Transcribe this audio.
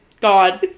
God